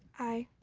aye.